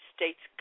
States